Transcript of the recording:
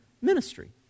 ministry